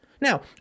Now